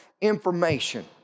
information